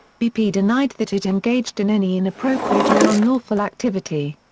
bp denied that it engaged in any inappropriate or unlawful activity.